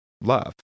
love